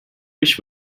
wish